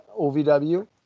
OVW